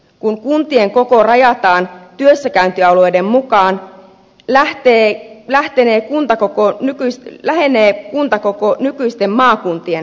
kun kuntien koko rajataan työssäkäyntialueiden mukaan lähenee kuntakoko nykyisten maakuntien kokoa